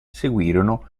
seguirono